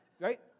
Right